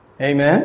Amen